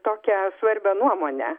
tokią svarbią nuomonę